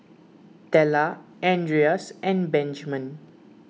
Della andreas and Benjman